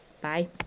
Bye